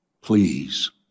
Please